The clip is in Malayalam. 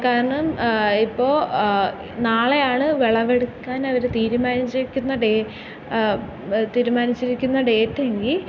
കാരണം ഇപ്പോൾ നാളെയാണ് വിളവെടുക്കാനവര് തീരുമാനിച്ചേയ്ക്കുന്നത് ഡേയ് തീരുമാനിച്ചിരിക്കുന്ന ഡേറ്റെങ്കിൽ